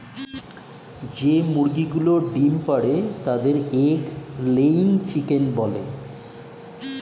যে মুরগিগুলো ডিম পাড়ে তাদের এগ লেয়িং চিকেন বলে